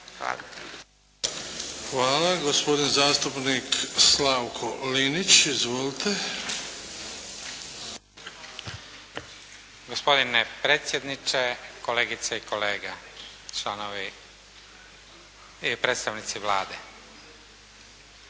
(HDZ)** Hvala. Gospodin zastupnik Slavko Linić. Izvolite. **Linić, Slavko (SDP)** Gospodine predsjedniče, kolegice i kolege, članovi i predstavnici Vlade.